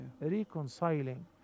reconciling